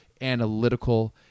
analytical